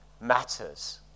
matters